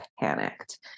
panicked